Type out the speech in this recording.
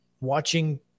watching